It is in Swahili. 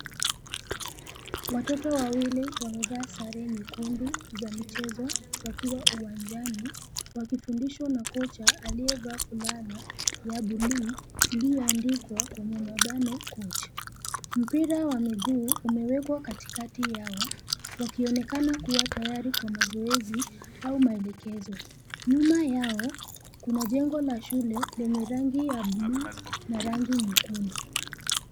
Watoto wawili wamevaa sare nyekundu za michezo wakiwa uwanjani, wakifundishwa na kocha aliyevaa kulala ya bluu iliyoandikwa kwenye mabano coach . Mpira wa miguu umewekwa katikati yao, wakionekana kuwa tayari kwa mazoezi au maelekezo. Nyuma yao, kuna jengo la shule lenye rangi ya bluu na rangi nyekundu.